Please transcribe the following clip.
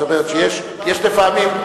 יש לפעמים,